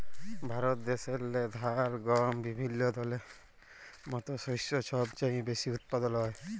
ভারত দ্যাশেল্লে ধাল, গহম বিভিল্য দলের মত শস্য ছব চাঁয়ে বেশি উৎপাদল হ্যয়